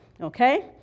okay